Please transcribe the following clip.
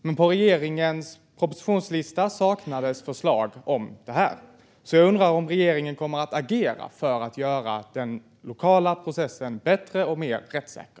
Men på regeringens propositionslista saknades förslag om detta, så jag undrar nu om regeringen kommer att agera för att göra den lokala processen bättre och mer rättssäker.